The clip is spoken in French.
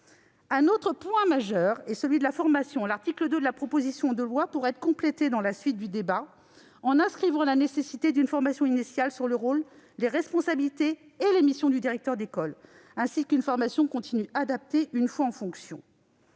Un autre point important est celui de la formation. L'article 2 de la proposition de loi pourra être complété lors de notre débat par l'inscription de la nécessité d'une formation initiale sur le rôle, les responsabilités et les missions du directeur d'école, ainsi que par une formation continue adaptée une fois en fonction.